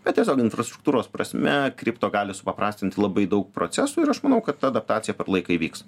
bet tiesiog infrastruktūros prasme kripto gali supaprastinti labai daug procesų ir aš manau kad ta adaptacija per laiką įvyks